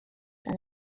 and